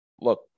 Look